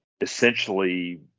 essentially